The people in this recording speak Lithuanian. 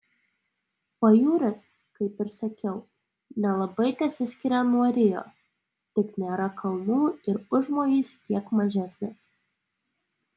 pajūris kaip jau sakiau nelabai tesiskiria nuo rio tik nėra kalnų ir užmojis kiek mažesnis